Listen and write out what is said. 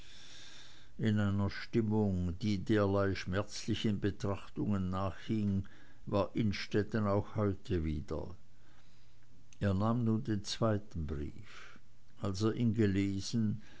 in einer stimmung die derlei schmerzlichen betrachtungen nachhing war innstetten auch heute wieder er nahm nun den zweiten brief als er ihn gelesen